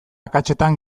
akatsetan